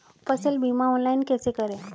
फसल बीमा ऑनलाइन कैसे करें?